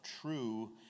true